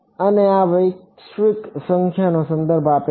અને આ વૈશ્વિક સંખ્યાનો સંદર્ભ આપે છે